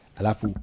alafu